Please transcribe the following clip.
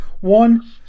One